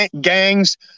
gangs